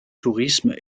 tourisme